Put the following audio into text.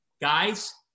guys